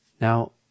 Now